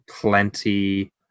plenty